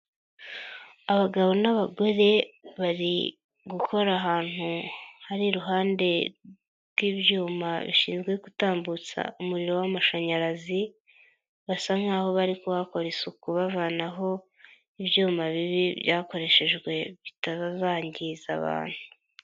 Abagabo n'abagore bari gukora ahantu hari iruhande rw'ibyuma bishinzwe gutambutsa umuriro w'amashanyarazi, basa nkaho bari kuhakora isuku bavanaho ibyuma bibi byakoreshejwe bitazangiza abantu.